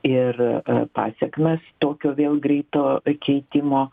ir pasekmes tokio vėl greito keitimo